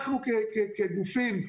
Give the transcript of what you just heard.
אנחנו כגופים,